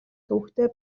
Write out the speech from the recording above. төвөгтэй